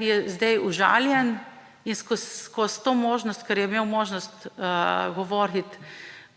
je zdaj užaljen. In skozi to možnost, ker je imel možnost govoriti